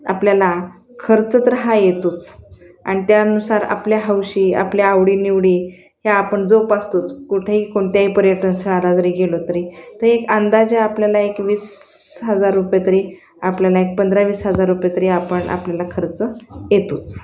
आपल्याला खर्च तर हा येतोच आणि त्यानुसार आपल्या हौशी आपल्या आवडीनिवडी ह्या आपण जोपासतोच कुठेही कोणत्याही पर्यटन स्थळाला जरी गेलो तरी तर एक अंदाजे आपल्याला एक वीस हजार रुपये तरी आपल्याला एक पंधरावीस हजार रुपये तरी आपण आपल्याला खर्च येतोच